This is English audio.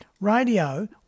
radio